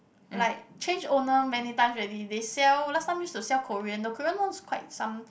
like change owner many times already they sell last time used to sell Korean the Korean one is quite some